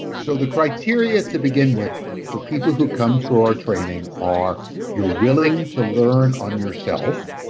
so, the criteria to begin with for people who come through our training are you're willing to learn on yourself,